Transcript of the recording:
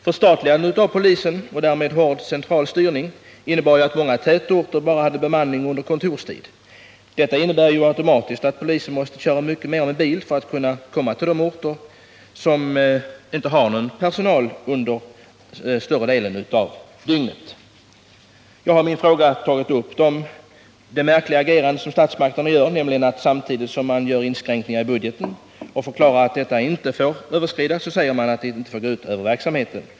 Förstatligandet av polisen och därmed hård central styrning innebar för många tätorter bemanning bara under kontorstid, vilket automatiskt innebär att polisen måste köra mycket mer med bil för att komma till de orter som under större delen av dygnet inte har någon personal. Jag har i min fråga tagit upp statsmakternas märkliga agerande, nämligen att de samtidigt som vi gör inskränkningar i budgeten och säger att denna inte får överskridas förklarar att detta inte får gå ut över verksamheten.